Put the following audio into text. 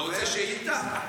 שאילתה?